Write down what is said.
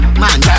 man